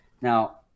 Now